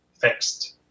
fixed